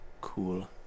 cool